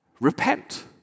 repent